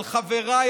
אבל חבריי,